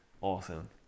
Awesome